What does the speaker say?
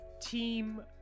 Team